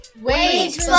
Wait